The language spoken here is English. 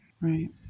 Right